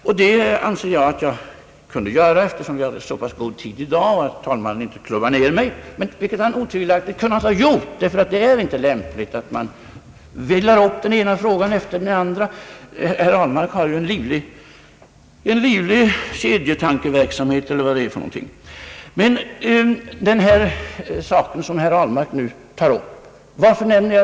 Jag anser att jag kunde göra det, eftersom vi hade så pass god tid i dag och eftersom talmannen inte klubbar ned mig, vilket han otvivelak tigt hade kunnat göra. Det är nämligen inte lämpligt att man drar upp den ena frågan efter den andra. Herr Ahlmark har ju en livlig kedjetankeverksamhet. Men varför nämnde jag inte i mitt svar den här saken som herr Ahlmark nu tar upp?